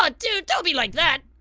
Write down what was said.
aw dude don't be like that.